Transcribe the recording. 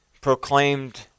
proclaimed